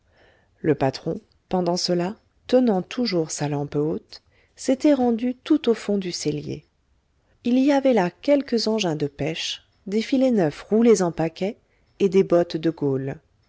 le patron pendant cela tenant toujours sa lampe haute s'était rendu tout au fond du cellier il y avait là quelques engins de pêche des filets neufs roulés en paquets et des bottes de gaules